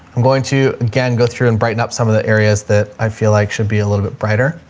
i'm going to again go through and brighten up some of the areas that i feel like should be a little bit brighter.